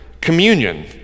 communion